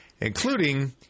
including